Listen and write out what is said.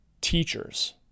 teachers